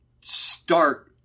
start